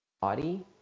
body